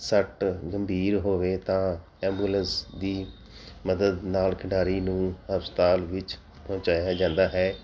ਸੱਟ ਗੰਭੀਰ ਹੋਵੇ ਤਾਂ ਐਂਬੂਲੈਂਸ ਦੀ ਮਦਦ ਨਾਲ ਖਿਡਾਰੀ ਨੂੰ ਹਸਪਤਾਲ ਵਿੱਚ ਪਹੁੰਚਾਇਆ ਜਾਂਦਾ ਹੈ